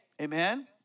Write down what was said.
Amen